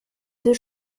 deux